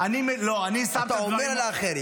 אתה אומר על האחרים,